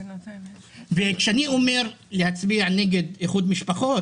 וכשאני אומר "להצביע נגד איחוד משפחות"